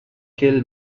kill